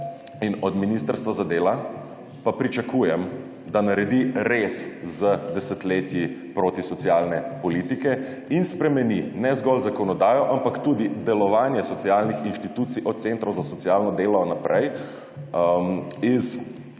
in od Ministrstva za delo pa pričakujem, da naredi rez z desetletji protisocialne politike in spremeni ne zgolj zakonodaje, ampak tudi delovanje socialnih institucij, od centrov za socialno delo naprej, iz